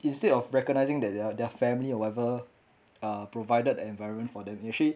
instead of recognising that their family or whatever uh provided an environment for them actually